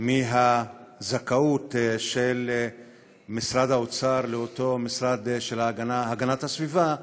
מהזכאות ממשרד האוצר למשרד להגנת הסביבה,